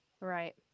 right